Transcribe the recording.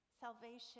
salvation